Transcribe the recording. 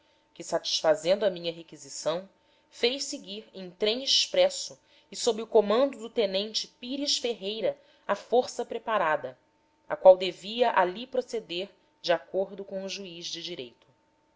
que satisfazendo a minha requisição fez seguir em trem expresso e sob o comando do tenente pires ferreira a força preparada a qual devia ali proceder de acordo com o juiz de direito